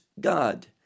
god